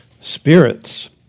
spirits